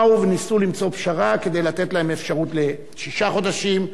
באו וניסו למצוא פשרה כדי לתת להם אפשרות לשישה חודשים.